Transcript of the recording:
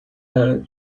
her